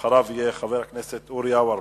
אחריו, חבר הכנסת אורי אורבך.